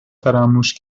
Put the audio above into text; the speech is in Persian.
فراموش